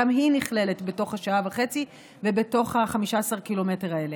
גם היא נכללת בתוך השעה וחצי ובתוך 15 הק"מ האלה.